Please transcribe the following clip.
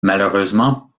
malheureusement